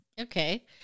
Okay